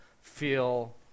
feel